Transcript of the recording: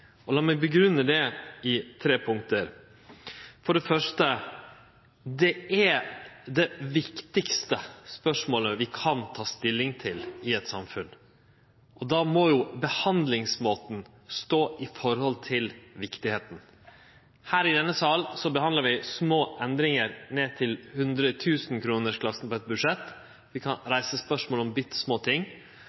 meg grunngje det med tre punkt: For det første: Det er det viktigaste spørsmålet vi kan ta stilling til i eit samfunn, og då må jo behandlingsmåten stå i forhold til viktigheita. I denne salen behandlar vi små endringar, ned til 100 000 kr-klassen, i eit budsjett, vi kan reise spørsmål om bitte små ting,